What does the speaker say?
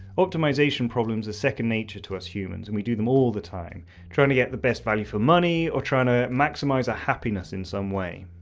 optimisation problems are second nature to us humans, and we do them all the time trying to get the best value for money, or trying to maximise our happiness in some way.